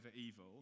evil